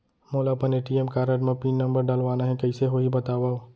मोला अपन ATM card म पिन नंबर डलवाना हे कइसे होही बतावव?